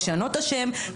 משנות את השם,